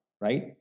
right